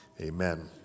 amen